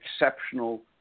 exceptional